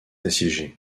assiégée